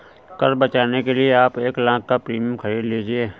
कर बचाने के लिए आप एक लाख़ का प्रीमियम खरीद लीजिए